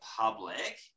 public